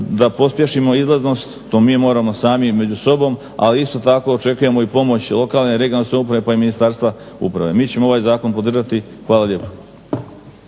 da pospješimo izlaznost, to mi moramo sami među sobom, ali isto tako očekujemo i pomoć lokalne i regionalne samouprave pa i Ministarstva uprave. Mi ćemo ovaj zakon podržati. Hvala lijepa.